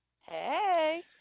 hey